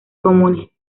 comunes